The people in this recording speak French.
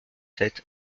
sept